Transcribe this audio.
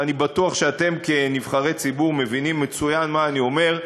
ואני בטוח שאתם כנבחרי ציבור מבינים מצוין מה אני אומר,